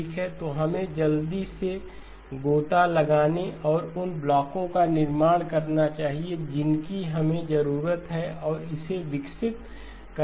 ठीक है तो हमें जल्दी से गोता लगाने और उन ब्लॉकों का निर्माण करना चाहिए जिनकी हमें ज़रूरत है और हम इसे विकसित करते हैं